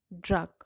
drug